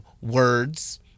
words